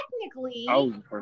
technically